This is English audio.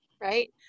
right